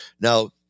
Now